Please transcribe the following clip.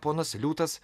ponas liūtas